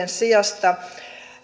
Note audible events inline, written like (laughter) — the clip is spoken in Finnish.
(unintelligible) sijasta